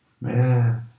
Man